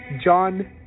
John